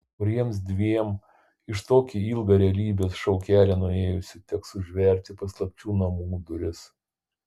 kuriems dviem iš tokį ilgą realybės šou kelią nuėjusiųjų teks užverti paslapčių namų duris